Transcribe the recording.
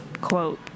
quote